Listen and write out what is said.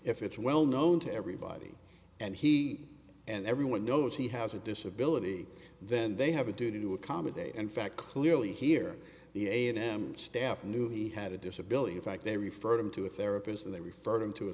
if it's well known to everybody and he and everyone knows he has a disability then they have to do to accommodate in fact clearly here the a and m staff knew he had a disability in fact they referred him to a therapist and they referred him to a